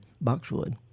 boxwood